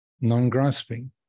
non-grasping